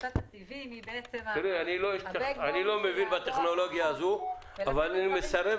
אני לא מבין בטכנולוגיה הזו אבל אני מסרב